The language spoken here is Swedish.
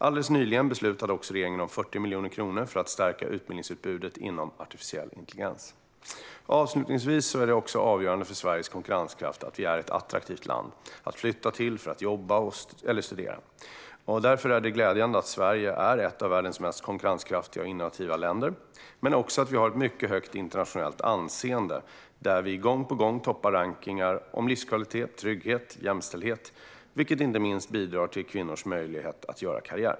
Alldeles nyligen beslutade regeringen också om 40 miljoner kronor för att stärka utbildningsutbudet inom artificiell intelligens. Avslutningsvis är det också avgörande för Sveriges konkurrenskraft att vi är ett attraktivt land att flytta till för att jobba eller studera. Därför är det glädjande att Sverige är ett av världens mest konkurrenskraftiga och innovativa länder samt att vi har ett mycket högt internationellt anseende. Vi toppar gång på gång rankningar i fråga om livskvalitet, trygghet och jämställdhet, vilket inte minst bidrar till kvinnors möjlighet att göra karriär.